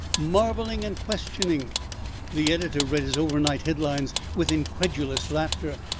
marveling and questioning the editor read his overnight headlines with incredulous laughter.